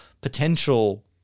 potential